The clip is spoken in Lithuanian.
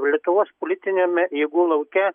lietuvos politiniame jėgų lauke